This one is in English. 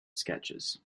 sketches